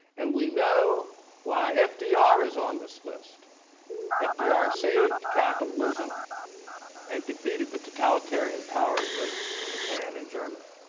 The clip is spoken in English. and we know why fdr is on this list fdr saved capitalism and defeated the totalitarian powers of japan and germany.